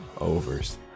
Overs